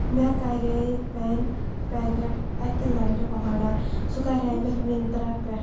مےٚ کَرییہِ pen packet اَکہِ لَٹہِ آڈَر سُہ کَرییہِ مےٚ مِنترٛا پٮ۪ٹھ